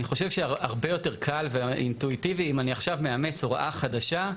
אני חושב שהרבה יותר קל ואינטואיטיבי אם אני עכשיו מאמץ הוראה חדשה,